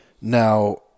Now